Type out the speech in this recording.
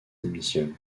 démissionne